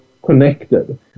connected